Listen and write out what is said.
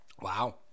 Wow